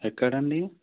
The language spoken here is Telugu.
ఎక్కడండి